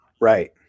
right